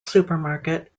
supermarket